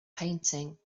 painting